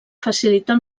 facilitar